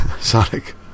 Sonic